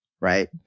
right